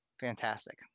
fantastic